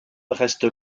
reste